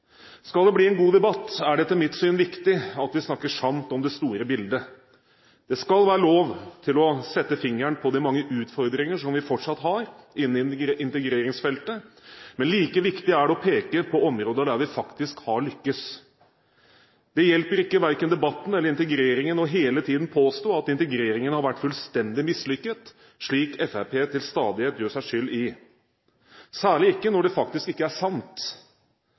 Skal det bli en god debatt, er det etter mitt syn viktig at vi snakker sant om det store bildet. Det skal være lov å sette fingeren på de mange utfordringer vi fortsatt har innen integreringsfeltet, men like viktig er det å peke på områder der vi faktisk har lyktes. Det hjelper ikke verken debatten eller integreringen hele tiden å påstå at integreringen har vært fullstendig mislykket, slik Fremskrittspartiet til stadighet gjør seg skyldig i, særlig ikke når det faktisk ikke er sant!